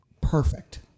perfect